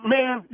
Man